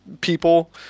people